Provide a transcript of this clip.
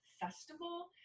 festival